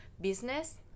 business